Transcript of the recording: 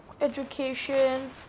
education